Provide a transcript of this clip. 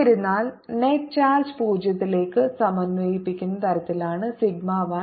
എന്നിരുന്നാലും net charge 0 ലേക്ക് സമന്വയിപ്പിക്കുന്ന തരത്തിലാണ് സിഗ്മ 1